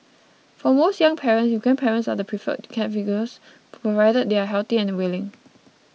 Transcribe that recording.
for most young parents grandparents are the preferred caregivers provided they are healthy and willing